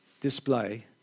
display